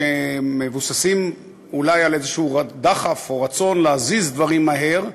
שמבוססים אולי על דחף כלשהו או רצון להזיז דברים מהר.